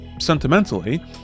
sentimentally